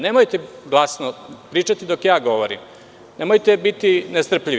Nemojte glasno pričati dok ja govorim, nemojte biti nestrpljivi.